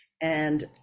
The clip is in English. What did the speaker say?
And-